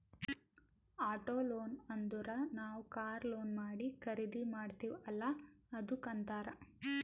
auto loan ಅಂದುರ್ ನಾವ್ car loan ಮಾಡಿ ಖರ್ದಿ ಮಾಡ್ತಿವಿ ಅಲ್ಲಾ ಅದ್ದುಕ್ ಅಂತ್ತಾರ್